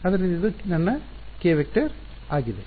ಆದ್ದರಿಂದ ಇದು ನನ್ನ k ವೆಕ್ಟರ್ ಆಗಿದೆ